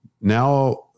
Now